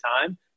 time